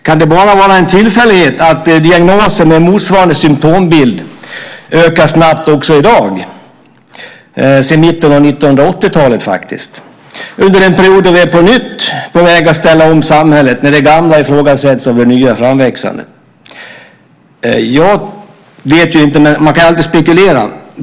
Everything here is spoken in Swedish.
Kan det vara bara en tillfällighet att diagnoser med motsvarande symtombild ökar snabbt också i dag, sedan mitten av 1980-talet, under den period då vi på nytt är på väg att ställa om samhället, när det gamla ifrågasätts och det nya är framväxande? Jag vet inte, men man kan ju alltid spekulera.